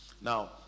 Now